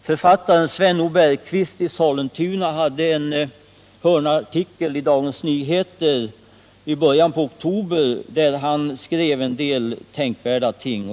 Författaren Sven O. Bergkvist i Sollentuna hade en hörnartikel i Dagens Nyheter i början av oktober, där han skrev en del tänkvärda ting.